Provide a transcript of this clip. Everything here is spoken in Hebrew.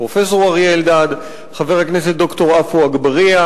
פקודת הרוקחים שעניינה בחובת איסוף סמי מרפא.